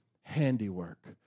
handiwork